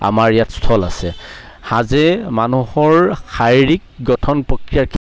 আমাৰ ইয়াত স্থল আছে সাঁজে মানুহৰ শাৰীৰিক গঠন প্ৰক্ৰিয়া